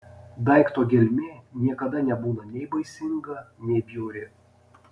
daikto gelmė niekada nebūna nei baisinga nei bjauri